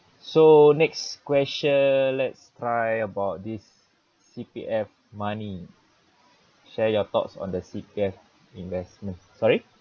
so next question let's try about this C_P_F money share your thoughts on the C_P_F investment sorry